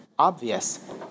obvious